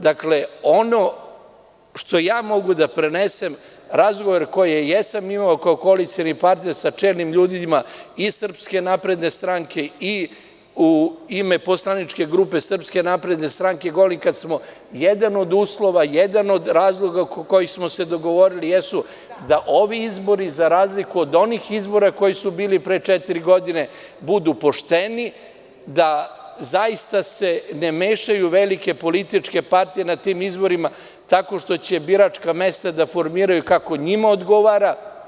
Dakle, ono što mogu da prenesem, razgovor koji jesam imao kao koalicioni partner sa čelnim ljudima, i iz SNS, i u ime poslaničke grupe SNS, jedan od uslova, jedan od razloga kojih smo se dogovorili jesu da ovi izbori za razliku od onih izbora koji su bili pre četiri godine budu pošteni, da zaista se ne mešaju velike političke partije na tim izborima tako što će biračka mesta da formiraju kako njima odgovara.